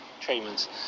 treatments